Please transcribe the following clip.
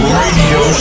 radio